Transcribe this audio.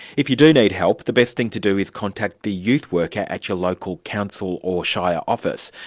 if you do need help, the best thing to do is contact the youth worker at your local council or shire office.